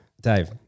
Dave